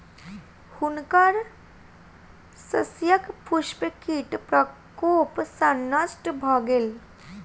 हुनकर शस्यक पुष्प कीट प्रकोप सॅ नष्ट भ गेल